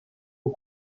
aux